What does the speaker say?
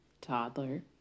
toddler